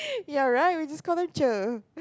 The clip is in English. you're right we just call them Cher